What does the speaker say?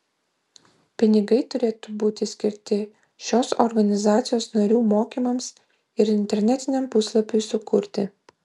pinigai turėtų būti skirti šios organizacijos narių mokymams ir internetiniam puslapiui sukurti